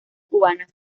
cubanas